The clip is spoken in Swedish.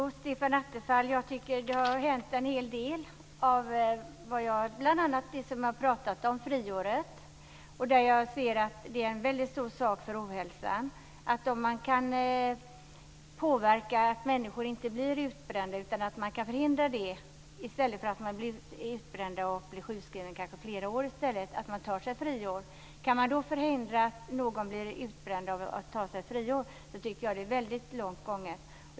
Herr talman! Jag tycker att det har hänt en hel del, Stefan Attefall. Det gäller bl.a. det som jag har pratat om, dvs. friåret. Jag ser att det är en väldigt stor sak för hälsan om man kan påverka så att människor inte blir utbrända utan förhindra det i stället. Genom att ta sig ett friår kan man undvika att människor blir utbrända och kanske sjukskrivna i flera år. Jag tycker att det är väldigt långt gånget om man på det sättet kan förhindra att någon blir utbränd.